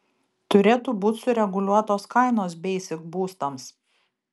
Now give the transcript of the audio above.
turėtų būt sureguliuotos kainos beisik būstams